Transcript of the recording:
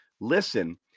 listen